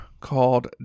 called